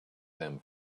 them